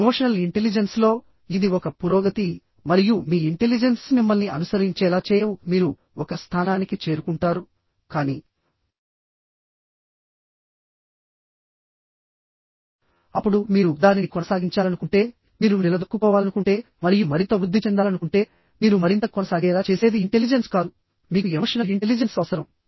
emotional ఇంటెలిజెన్స్లో ఇది ఒక పురోగతి మరియు మీ ఇంటెలిజెన్స్ మిమ్మల్ని అనుసరించేలా చేయవు మీరు ఒక స్థానానికి చేరుకుంటారు కానీఅప్పుడు మీరు దానిని కొనసాగించాలనుకుంటే మీరు నిలదొక్కుకోవాలనుకుంటే మరియు మరింత వృద్ధి చెందాలనుకుంటే మీరు మరింత కొనసాగేలా చేసేది ఇంటెలిజెన్స్ కాదు మీకు ఎమోషనల్ ఇంటెలిజెన్స్ అవసరం